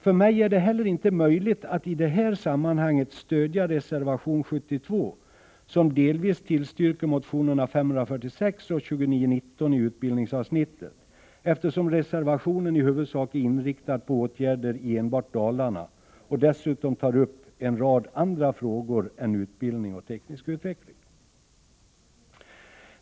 För mig är det inte heller möjligt att i detta sammanhang stödja reservation 72 som delvis tillstyrker motionerna 546 och 2919 i utbildningsavsnittet, eftersom reservationen i huvudsak är inriktad på åtgärder i enbart Dalarna och dessutom tar upp en rad andra frågor än utbildning och teknisk utveckling.